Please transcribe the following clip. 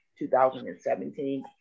2017